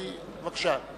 בבקשה.